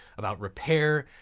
about repair,